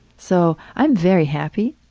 so i'm very happy.